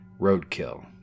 roadkill